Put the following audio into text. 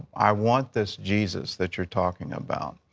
i want this jesus that you're talking about.